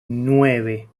nueve